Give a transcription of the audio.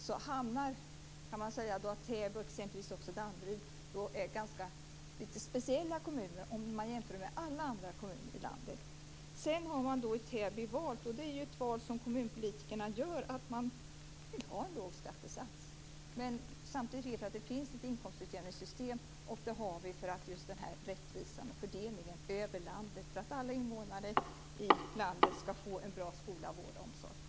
Täby och exempelvis också Danderyd är lite speciella kommuner om man jämför med alla andra kommuner i landet. Sedan har man i Täby valt - och det är ett val som kommunpolitikerna gör - att ha en låg skattesats. Samtidigt vet vi att det finns ett inkomstutjämningssystem. Det har vi för rättvisan och fördelningen över landet. Alla invånare i landet skall få en bra skola, vård och omsorg.